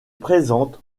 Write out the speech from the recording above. présente